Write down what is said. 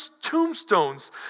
tombstones